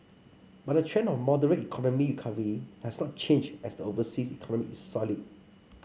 but the trend of moderate has not changed as the overseas economy is solid